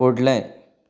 फुडलें